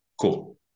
Cool